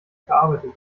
verarbeitet